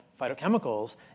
phytochemicals